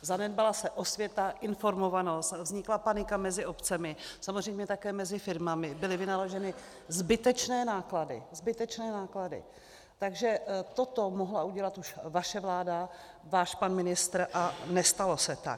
Zanedbala se osvěta, informovanost, vznikla panika mezi obcemi, samozřejmě také mezi firmami, byly vynaloženy zbytečné náklady, takže toto mohla udělat už vaše vláda, váš pan ministr, a nestalo se tak.